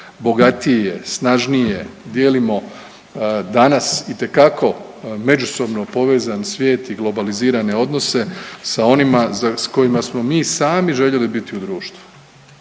bogatiji je, snažniji je, dijelimo danas itekako međusobno povezan svijet i globalizirane odnose sa onima s kojima smo mi sami željeli biti u društvu.